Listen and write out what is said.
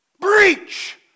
breach